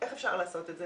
איך אפשר לעשות את זה?